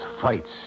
fights